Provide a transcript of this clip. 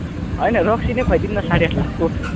होइन रक्सी नै खुवाइ दिऊँ न साढे आठ लाखको